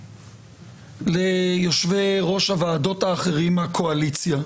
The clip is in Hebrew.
ליושבי-ראש הוועדות האחרים מהקואליציה,